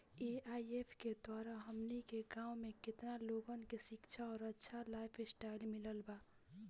AIF के द्वारा हमनी के गांव में केतना लोगन के शिक्षा और अच्छा लाइफस्टाइल मिलल बा